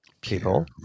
people